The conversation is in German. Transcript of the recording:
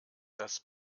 das